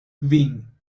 kvin